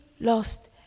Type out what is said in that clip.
lost